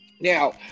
now